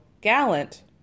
Gallant